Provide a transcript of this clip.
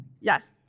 Yes